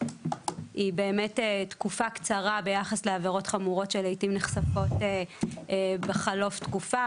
היא תקופה קצרה ביחס לעבירות חמורות שלעתים נחשפות בחלוף תקופה.